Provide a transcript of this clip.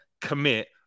commit